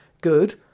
good